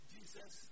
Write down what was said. Jesus